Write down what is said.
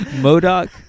Modoc